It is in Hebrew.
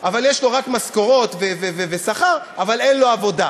אבל יש לו רק משכורות ושכר, אבל אין לו עבודה.